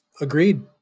Agreed